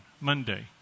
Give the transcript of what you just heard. Monday